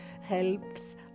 helps